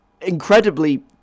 incredibly